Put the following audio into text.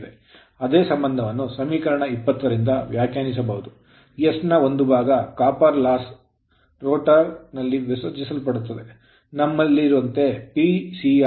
ಅದೇ ಸಂಬಂಧವನ್ನು ಸಮೀಕರಣ 20 ರಿಂದ ವ್ಯಾಖ್ಯಾನಿಸಬಹುದು s ನ ಒಂದು ಭಾಗ copper loss ತಾಮ್ರದ ನಷ್ಟ ದಂತೆ rotor ರೋಟರ್ ನಲ್ಲಿ ವಿಸರ್ಜಿಸಲ್ಪಡುತ್ತದೆ